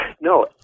No